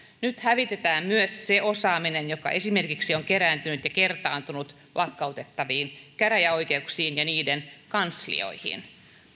nyt hävitetään myös se osaaminen joka esimerkiksi on kerääntynyt ja kertaantunut lakkautettaviin käräjäoikeuksiin ja niiden kanslioihin